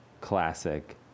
Classic